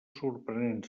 sorprenent